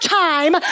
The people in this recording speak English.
time